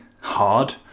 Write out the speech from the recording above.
hard